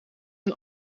een